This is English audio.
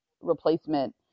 replacement